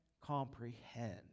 comprehend